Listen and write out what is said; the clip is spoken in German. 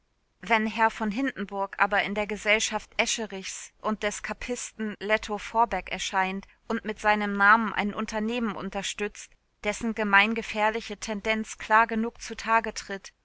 wenn herr v hindenburg aber in der gesellschaft escherichs und des kappisten lettow-vorbeck erscheint und mit seinem namen ein unternehmen unterstützt dessen gemeingefährliche tendenz klar genug zutage tritt